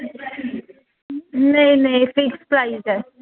नेईं नेईं fix price ऐ